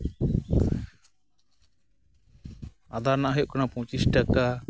ᱟᱫᱟ ᱨᱮᱱᱟᱜ ᱦᱩᱭᱩᱜ ᱠᱟᱱᱟ ᱯᱚᱸᱪᱤᱥ ᱴᱟᱠᱟ